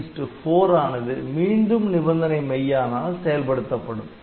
Inst 4 ஆனது மீண்டும் நிபந்தனை மெய்யானால் செயல்படுத்தப்படும்